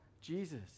Jesus